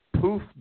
poof